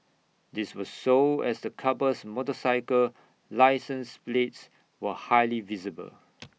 this was so as the couple's motorcycle license plates were highly visible